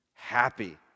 Happy